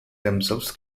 themselves